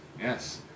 yes